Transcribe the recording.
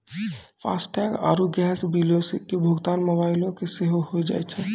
FASTag आरु gas बिलो के भुगतान मोबाइलो से सेहो होय जाय छै